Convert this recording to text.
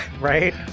Right